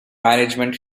management